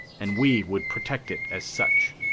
and we would protect it as such.